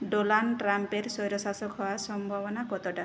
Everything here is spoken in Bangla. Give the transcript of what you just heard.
ডোনাল্ড ট্রাম্পের স্বৈরশাসক হওয়ার সম্ভাবনা কতটা